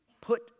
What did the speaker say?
Put